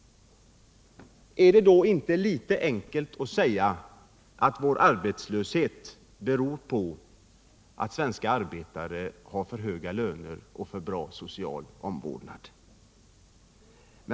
Är det då inte litet enkelt att säga att vår arbetslöshet beror på att svenska arbetare har för höga löner och för bra social omvårdnad?